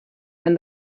and